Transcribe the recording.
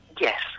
Yes